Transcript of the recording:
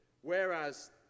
Whereas